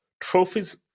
trophies